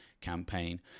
campaign